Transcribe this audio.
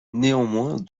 néanmoins